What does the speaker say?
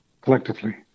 collectively